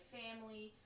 family